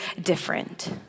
different